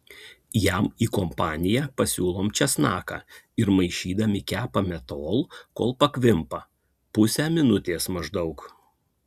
jam į kompaniją pasiūlom česnaką ir maišydami kepame tol kol pakvimpa pusę minutės maždaug